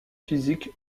physique